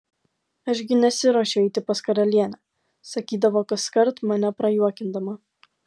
aš gi nesiruošiu eiti pas karalienę sakydavo kaskart mane prajuokindama